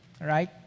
Right